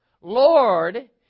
Lord